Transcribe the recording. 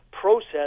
process